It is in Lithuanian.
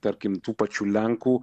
tarkim tų pačių lenkų